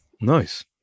Nice